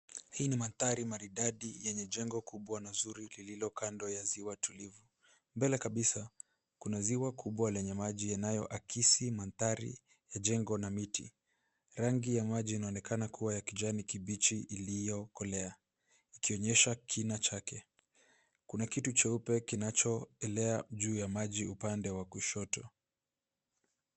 Hii ni mandhari maridadi yenye jengo kubwa na nzuri lililokando ya ziwa tulivu. Mbele kabisa kuna ziwa kubwa lenye maji yanayoakisi mandhari ya jengo na miti. Rangi ya maji inaonekana kuwa ya kijani kibichi iliyokolea; ikionyesha kina chake. Kuna kitu cheupe kinachoelea juu ya maji upande wa kushoto.